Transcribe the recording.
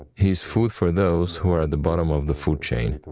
he is food for those who are at the bottom of the food chain,